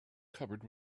covered